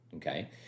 Okay